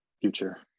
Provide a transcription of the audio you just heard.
future